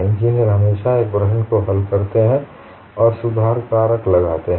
engineer हमेशा एक प्रश्न को हल करते हैं और सुधार कारक लगाते हैं